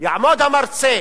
יעמוד המרצה